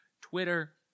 Twitter